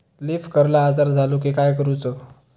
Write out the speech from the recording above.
Leaf curl आजार झालो की काय करूच?